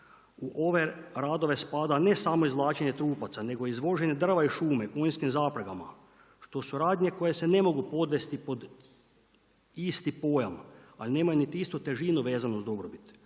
U ove radove spada ne samo izvlačenje trupaca nego i izvođenje drva iz šume konjskim zaprekama što su radnje koje se ne mogu podvesti pod isti pojam ali nemaj niti istu težinu vezanu uz dobrobit.